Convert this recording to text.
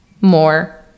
more